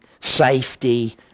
safety